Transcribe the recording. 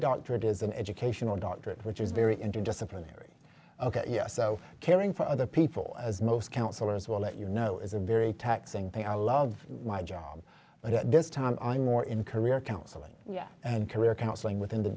doctorate is an educational doctorate which is very interdisciplinary so caring for other people as most counselors will let you know is a very taxing thing i love my job but at this time i'm more in career counseling and career counseling within the